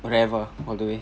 rev ah all the way